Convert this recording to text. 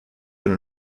been